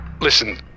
Listen